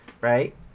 right